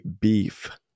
beef